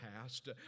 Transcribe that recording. past